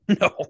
No